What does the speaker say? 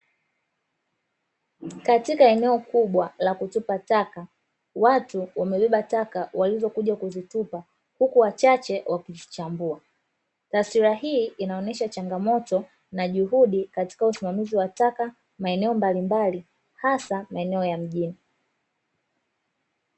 Katika eneo kubwa la kutupa taka, watu wamebeba taka walizokuja kuzitupa huku wachache wakizichambua, taswira hii inaonyesha changamoto na juhudi katika usimamizi wa taka maeneo mbalimbali hasa maeneo ya mjini.